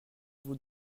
vous